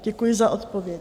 Děkuji za odpověď.